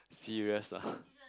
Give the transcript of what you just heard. serious lah